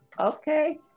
Okay